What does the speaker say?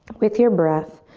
with your breath,